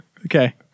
Okay